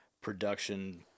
production